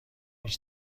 هیچ